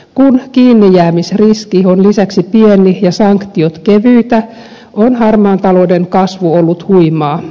kun kiinnijäämisriski on lisäksi pieni ja sanktiot kevyitä on harmaan talouden kasvu ollut huimaa